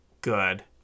good